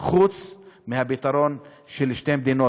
חוץ מהפתרון של שתי מדינות,